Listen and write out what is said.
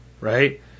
Right